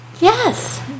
Yes